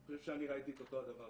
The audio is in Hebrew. אני חושב שאני ראיתי את אותו הדבר